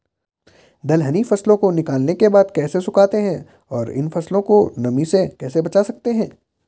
दलहनी फसलों को निकालने के बाद कैसे सुखाते हैं और इन फसलों को नमी से कैसे बचा सकते हैं?